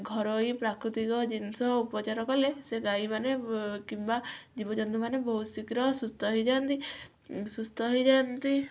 ଘରୋଇ ପ୍ରାକୃତିକ ଜିନିଷ ଉପଚାର କଲେ ସେ ଗାଈ ମାନେ କିମ୍ବା ଜୀବଜନ୍ତୁ ମାନେ ବହୁତ ଶୀଘ୍ର ସୁସ୍ଥ ହେଇଯାଆନ୍ତି ସୁସ୍ଥ ହେଇଯାଆନ୍ତି